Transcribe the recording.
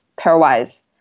pairwise